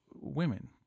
women